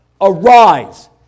Arise